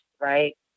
right